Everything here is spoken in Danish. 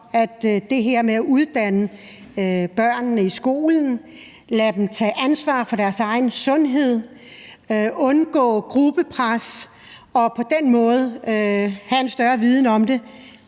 at det her med at uddanne børnene i skolen, lade dem tage ansvar for deres egen sundhed og undgå gruppepres og på den måde få en større viden om det